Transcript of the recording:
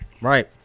Right